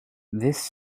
this